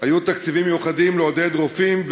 היו תקציבים מיוחדים לעודד רופאים,